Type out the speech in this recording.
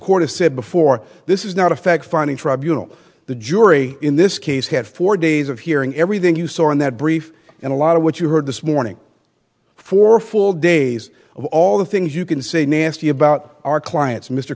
has said before this is not a fact finding tribunal the jury in this case had four days of hearing everything you saw in that brief and a lot of what you heard this morning four full days of all the things you can say nancy about our clients mr